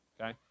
okay